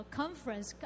conference